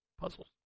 puzzles